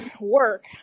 work